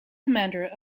commander